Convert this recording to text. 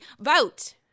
vote